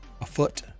afoot